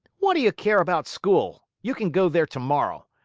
what do you care about school? you can go there tomorrow.